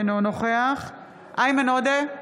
אינו נוכח איימן עודה,